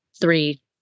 three